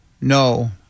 No